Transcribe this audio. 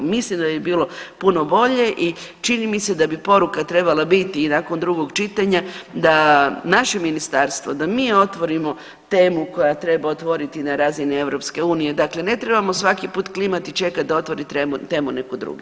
Mislim da bi bilo puno bolje i čini mi se da bi poruka trebala biti i nakon drugog čitanja, da naše ministarstvo, da mi otvorimo temu koja treba otvoriti na razini EU, dakle ne trebamo svaki put klimati i čekati da otvori temu netko drugi.